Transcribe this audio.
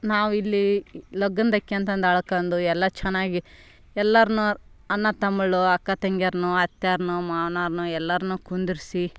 ನಾವಿಲ್ಲಿ ಲಗ್ನದ ಅಕ್ಕಿ ಅಂತ ಅಂದು ಅಳ್ಕಂಡು ಎಲ್ಲ ಚೆನ್ನಾಗಿ ಎಲ್ಲಾರನ್ನು ಅಣ್ಣ ತಮ್ಮಗಳು ಅಕ್ಕ ತಂಗಿರ್ನು ಅತ್ತೆರನ್ನು ಮಾವ್ನೋರ್ನು ಎಲ್ಲರನ್ನು ಕುಂದ್ರಿಸಿ